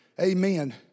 Amen